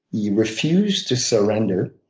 he refused to surrender.